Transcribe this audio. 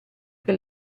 che